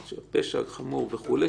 סך הכול 23 שנה פלוס עוד חצי שנה שקיימת.